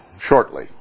shortly